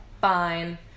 fine